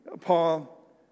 Paul